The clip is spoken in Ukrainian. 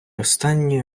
останнє